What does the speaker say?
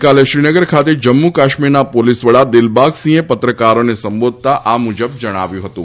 ગઈકાલે શ્રીનગર ખાતે જમ્મુ કાશ્મીરના પોલીસ વડા દિલબાગ સિંઘે પત્રકરોને સંબોધતાં આ મુજબ જણાવ્યું હતું